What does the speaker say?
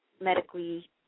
medically